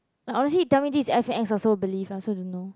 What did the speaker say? like honestly you tell me this is F_A_X also believe I also don't know